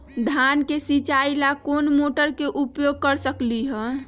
धान के सिचाई ला कोंन मोटर के उपयोग कर सकली ह?